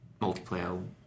multiplayer